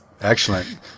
Excellent